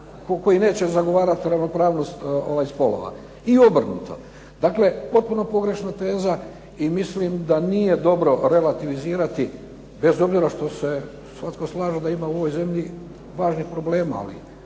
koji neće zagovarati ravnopravnost spolova. I obrnuto. Dakle, potpuno pogrešna teza i mislim da nije dobro relativizirati bez obzira što se svatko slaže da ima u ovoj zemlji važnih problem ali